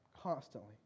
constantly